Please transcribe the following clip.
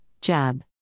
Jab